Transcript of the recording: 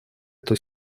эту